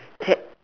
Ted~